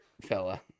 fella